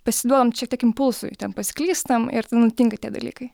pasiduodam šiek tiek impulsui ten pasiklystam ir tada nutinka tie dalykai